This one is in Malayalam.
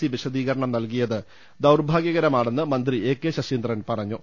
സി വിശദീകരണം നൽകിയത് ദൌർഭാഗ്യകര മാണെന്ന് മന്ത്രി എ കെ ശശീന്ദ്രൻ പറഞ്ഞു